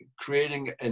creating